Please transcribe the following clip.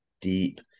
deep